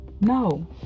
No